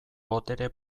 botere